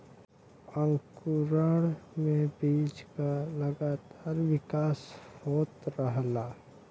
अंकुरण में बीज क लगातार विकास होत रहला